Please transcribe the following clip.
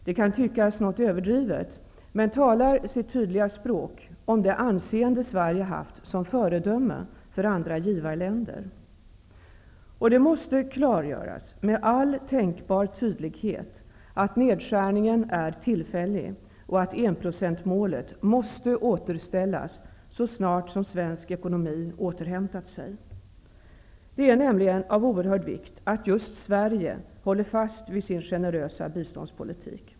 Det kan tyckas något överdrivet men talar sitt tydliga språk om det anseende Sverige haft som föredöme för andra givarländer. Det måste därför klargöras med all tänkbar tydlighet att nedskärningen är tillfällig och att enprocentsmålet måste återställas så snart som svensk ekonomi återhämtat sig. Det är nämligen av oerhörd vikt att just Sverige håller fast vid sin generösa biståndspolitik.